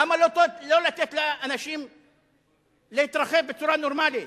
למה לא לתת לאנשים להתרחב בצורה נורמלית,